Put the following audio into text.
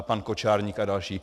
Pan Kočárník a další.